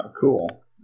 Cool